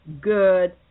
good